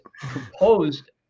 proposed